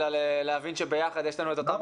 אלא להבין שביחד יש לנו אותה משימה.